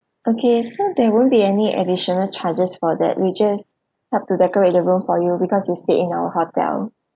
okay so there won't be any additional charges for that we just have to decorate the room for you because you stayed in our hotel